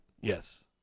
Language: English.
yes